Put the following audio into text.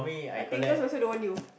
I think cause also don't want you